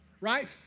right